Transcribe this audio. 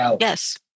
Yes